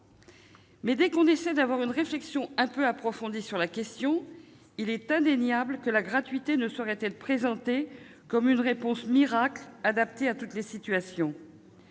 dès que nous tentons une réflexion un peu approfondie sur la question, il est indéniable que la gratuité ne saurait être présentée comme une réponse miracle adaptée à toutes les situations.